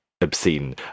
obscene